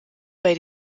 bei